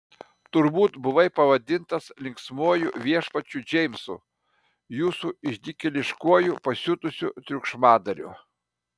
turbūt buvai pavadintas linksmuoju viešpačiu džeimsu jūsų išdykėliškuoju pasiutusiu triukšmadariu